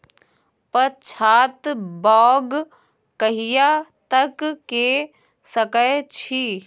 पछात बौग कहिया तक के सकै छी?